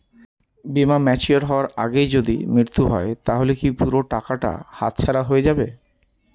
বীমা ম্যাচিওর হয়ার আগেই যদি মৃত্যু হয় তাহলে কি পুরো টাকাটা হাতছাড়া হয়ে যাবে?